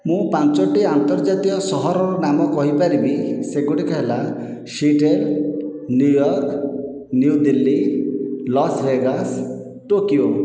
ମୁଁ ପାଞ୍ଚୋଟି ଆନ୍ତର୍ଜାତୀୟ ସହରର ନାମ କହିପାରିବି ସେଗୁଡ଼ିକ ହେଲା Sweden New York New Delhi Las Vegas Tokyo